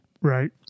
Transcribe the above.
Right